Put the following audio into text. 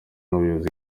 n’ubuyobozi